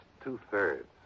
two-thirds